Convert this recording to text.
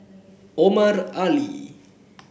Omar Ali